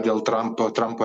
dėl trampo trampo